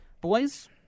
Boys